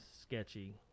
sketchy